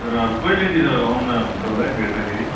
तर अब कहिलेतिर आउँदा हुन्छ होला है भेट्दाखेरि